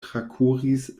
trakuris